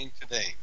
today